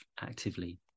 actively